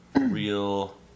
real